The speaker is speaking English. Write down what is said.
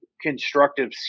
constructive